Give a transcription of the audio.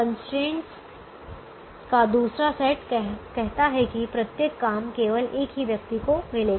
constraint का दूसरा set कहता है कि प्रत्येक काम केवल एक ही व्यक्ति को मिलेगा